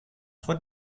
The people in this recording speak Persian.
خود